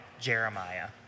Jeremiah